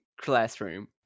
classroom